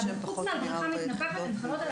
אבל חוץ מבריכה מתנפחת, הן חלות על הכול.